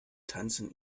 tanzen